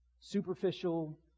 Superficial